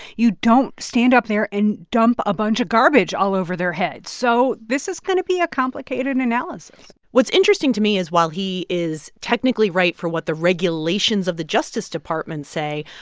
you don't stand up there and dump a bunch of garbage all over their head. so this is going to be a complicated analysis what's interesting to me is while he is technically right for what the regulations of the justice department say,